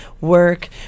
work